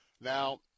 Now